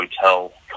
hotel